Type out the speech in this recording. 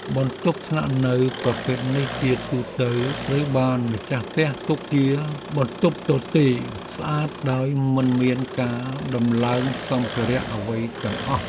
បន្ទប់ស្នាក់នៅប្រភេទនេះជាទូទៅត្រូវបានម្ចាស់ផ្ទះទុកជាបន្ទប់ទទេរស្អាតដោយមិនមានការដំឡើងសម្ភារៈអ្វីទាំងអស់។